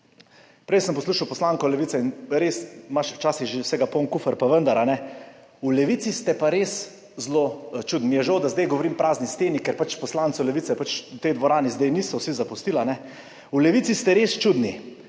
Prej sem poslušal poslanko Levice, res imaš včasih že vsega poln kufer, pa vendar, v Levici ste pa res zelo čudni. Žal mi je, da zdaj govorim prazni steni, ker pač poslancev Levice v tej dvorani zdaj ni, so jo vsi zapustili. V Levici ste res čudni,